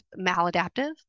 maladaptive